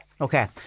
Okay